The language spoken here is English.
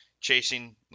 chasing